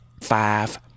Five